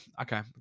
okay